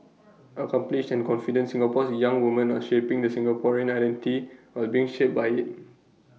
accomplished and confident Singapore's young woman are shaping the Singaporean identity while being shaped by IT